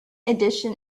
edition